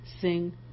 Sing